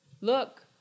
Look